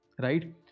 right